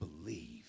believe